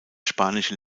spanische